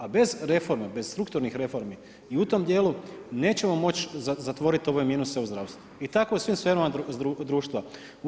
A bez reformi, bez strukturnih reformi i u tom dijelu nećemo moći zatvoriti ove minuse u zdravstvu i tako u svim sferama društva.